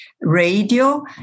radio